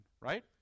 right